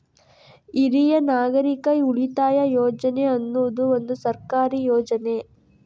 ಹಿರಿಯ ನಾಗರಿಕರ ಉಳಿತಾಯ ಯೋಜನೆ ಅನ್ನುದು ಒಂದು ಸರ್ಕಾರಿ ಯೋಜನೆ